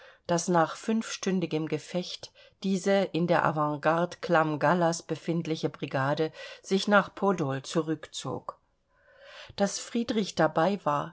daß nach fünfstündigem gefecht diese in der avantgarde clam gallas befindliche brigade sich nach podol zurückzog daß friedrich dabei war